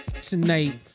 tonight